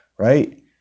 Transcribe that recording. right